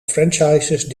franchises